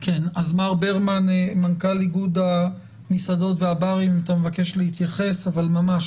אז מר ברמן מנכ"ל איגוד המסעדות והברים אתה מבקש להתייחס אבל ממש,